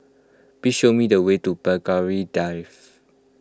please show me the way to Belgravia Drive